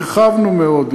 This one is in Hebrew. הרחבנו מאוד,